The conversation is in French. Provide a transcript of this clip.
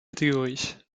catégories